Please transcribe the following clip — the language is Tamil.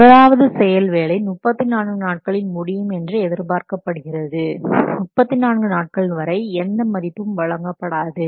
முதலாவது செயல்வேலை 34 நாட்களில் முடியும் என்று எதிர்பார்க்கப்படுகிறது 34 நாட்கள் வரை எந்த மதிப்பும் வழங்கப்படாது